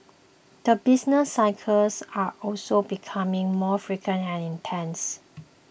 the business cycles are also becoming more frequent and intense